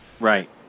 Right